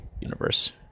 universe